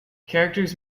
characters